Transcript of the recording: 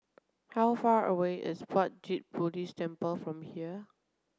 how far away is Puat Jit Buddhist Temple from here